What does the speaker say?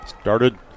Started